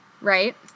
right